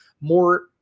more